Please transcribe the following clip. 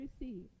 Receive